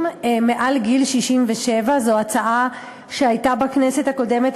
מעל גיל 67. זו הצעה שהייתה בכנסת הקודמת,